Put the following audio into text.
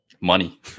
money